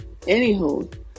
anywho